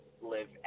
live